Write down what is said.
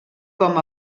com